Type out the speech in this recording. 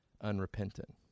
unrepentant